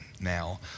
Now